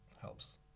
helps